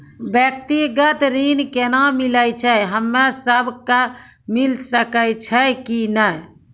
व्यक्तिगत ऋण केना मिलै छै, हम्मे सब कऽ मिल सकै छै कि नै?